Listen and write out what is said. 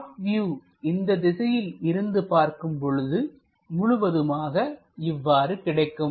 top view இந்த திசையில் இருந்து பார்க்கும் பொழுது முழுவதுமாக இவ்வாறு இருக்கும்